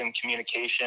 communication